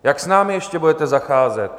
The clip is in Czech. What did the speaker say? Jak s námi ještě budete zacházet?